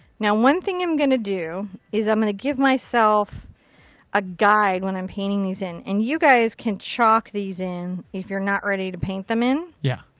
now one thing i'm going to do, is i'm going to give myself a guide when i'm painting these in. and you guys can chalk these in if you're not ready to paint them in. yeah.